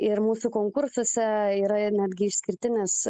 ir mūsų konkursuose yra ir netgi išskirtinės